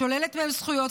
שוללת מהם זכויות,